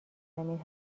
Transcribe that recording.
زمین